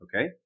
Okay